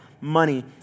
money